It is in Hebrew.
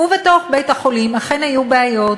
ובתוך בית-החולים אכן היו בעיות,